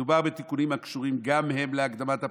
מדובר בתיקונים הקשורים גם הם להקדמת הבחירות,